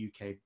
uk